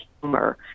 humor